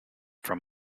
from